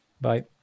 bye